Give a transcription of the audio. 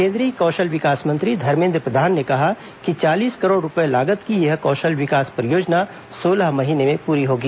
केंद्रीय कौशल विकास मंत्री धर्मेन्द्र प्रधान ने कहा कि चालीस करोड़ रूपए लागत की यह कौशल विकास परियोजना सोलह महीने में पूरी होगी